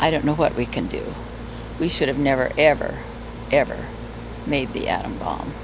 i don't know what we can do we should have never ever ever made the atom bomb